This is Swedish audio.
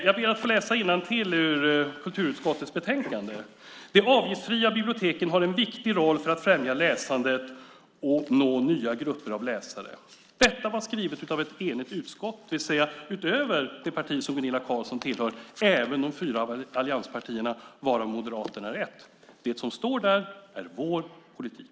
Jag läser innantill ur kulturutskottets betänkande: De avgiftsfria biblioteken har en viktig roll för att främja läsandet och nå nya grupper av läsare. Det var skrivet av ett enigt utskott, det vill säga, utöver det parti som Gunilla Carlsson tillhör, de fyra allianspartierna, varav Moderaterna är ett. Det som står där är vår politik.